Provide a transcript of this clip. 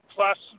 Plus